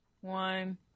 one